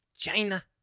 China